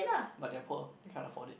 but they are poor they can't afford it